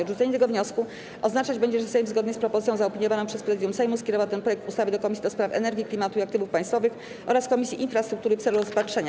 Odrzucenie tego wniosku oznaczać będzie, że Sejm zgodnie z propozycją zaopiniowaną przez Prezydium Sejmu skierował ten projekt ustawy do Komisji do Spraw Energii, Klimatu i Aktywów Państwowych oraz Komisji Infrastruktury w celu rozpatrzenia.